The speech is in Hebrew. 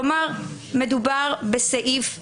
מדובר בסעיף מנדטורי,